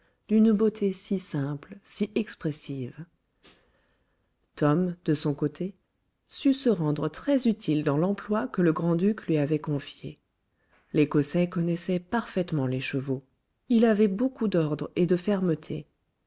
d'une beauté si simple si expressive tom de son côté sut se rendre très-utile dans l'emploi que le grand-duc lui avait confié l'écossais connaissait parfaitement les chevaux il avait beaucoup d'ordre et de fermeté